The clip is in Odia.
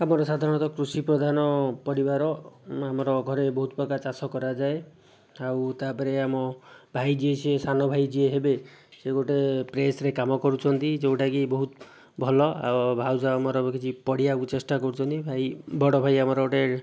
ଆମର ସାଧାରଣତଃ କୃଷି ପ୍ରଧାନ ପରିବାର ଆମର ଘରେ ବହୁତ ପ୍ରକାର ଚାଷ କରାଯାଏ ଆଉ ତା'ପରେ ଆମ ଭାଇ ଯିଏ ସେ ସାନ ଭାଇ ଯିଏ ହେବେ ସେ ଗୋଟିଏ ପ୍ରେସ୍ରେ କାମ କରୁଛନ୍ତି ଯେଉଁଟାକି ବହୁତ ଭଲ ଆଉ ଭାଉଜ ଆମର ବି କିଛି ପଢ଼ିବାକୁ ଚେଷ୍ଟା କରୁଛନ୍ତି ଭାଇ ବଡ଼ ଭାଇ ଆମର ଗୋଟିଏ